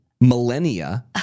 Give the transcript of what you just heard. millennia